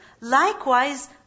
Likewise